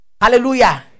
Hallelujah